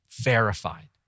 verified